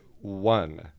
One